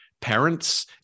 parents